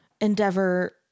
endeavor